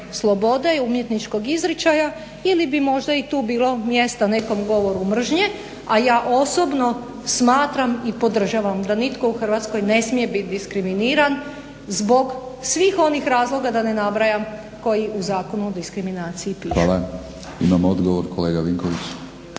slobode i umjetničkog izričaja ili bi možda i tu bilo mjesta nekom govoru mržnje. A ja osobno smatram i podržavam da nitko u Hrvatskoj ne smije biti diskriminiran zbog svih onih razloga, da ne nabrajam, koji u Zakonu o diskriminaciji pišu. **Batinić, Milorad (HNS)** Hvala. Imamo odgovor kolega Vinković.